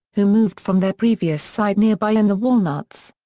who moved from their previous site nearby in the walnuts.